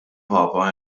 papa